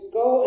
go